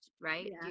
right